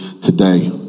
today